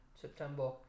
September